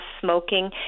smoking